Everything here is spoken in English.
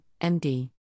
MD